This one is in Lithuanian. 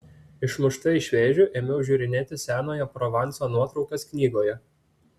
išmušta iš vėžių ėmiau žiūrinėti senojo provanso nuotraukas knygoje